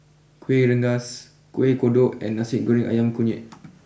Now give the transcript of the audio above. Kueh Rengas Kueh Kodok and Nasi Goreng Ayam Kunyit